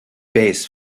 base